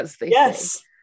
Yes